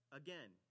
again